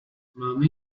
máme